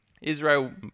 Israel